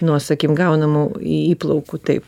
nuo sakykim gaunamų įplaukų taip